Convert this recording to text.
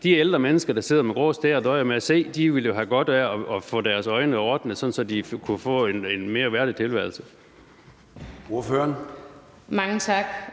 De ældre mennesker, der sidder med grå stær og døjer med at se, ville jo have godt af at få deres øjne ordnet, sådan at de kunne få en mere værdig tilværelse.